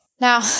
Now